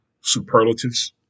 superlatives